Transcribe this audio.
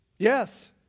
Yes